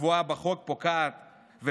הקבועה בחוק ופוקעת